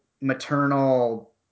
maternal